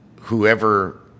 whoever